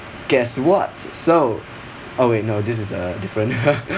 guess what so oh wait no this is the different